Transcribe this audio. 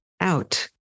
out